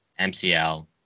MCL